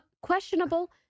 questionable